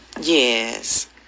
yes